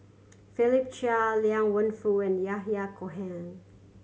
Philip Chia Liang Wenfu and Yahya Cohen